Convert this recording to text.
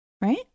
Right